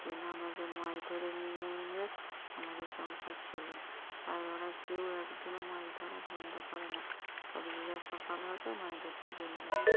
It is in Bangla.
যে না আমাদের মাছ ধরে নিয়ে এলে আমাদের সংসার চলে তাই ওরা কেউ একদিনও মাছ ধরা বন্ধ করে না তবে যে যার সকাল হবে মাছ ধরতে চলে যাবে